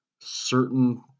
certain